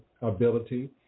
ability